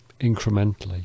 incrementally